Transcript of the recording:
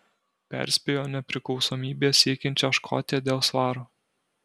perspėjo nepriklausomybės siekiančią škotiją dėl svaro